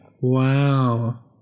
Wow